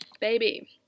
Baby